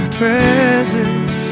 presence